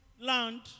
land